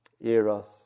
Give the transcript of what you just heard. eros